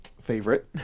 favorite